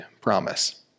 promise